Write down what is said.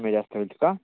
कमीजास्त होईल का